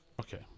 Okay